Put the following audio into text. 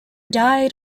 died